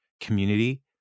community